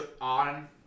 on